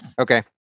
Okay